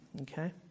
Okay